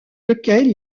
lequel